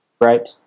Right